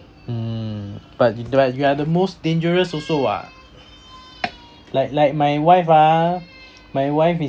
mm but you are you are the most dangerous also [what] like like my wife ah my wife